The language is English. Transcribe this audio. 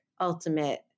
ultimate